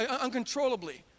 uncontrollably